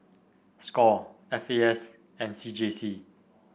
Score F A S and C J C